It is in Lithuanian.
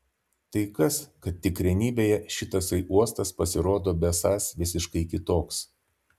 tai kas kad tikrenybėje šitasai uostas pasirodo besąs visiškai kitoks